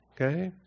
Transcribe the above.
okay